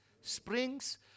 springs